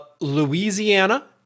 Louisiana